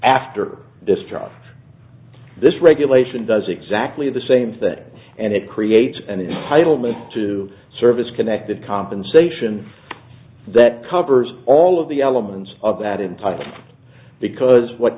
after this drop this regulation does exactly the same thing and it creates and heilman to service connected compensation that covers all of the elements of that in time because what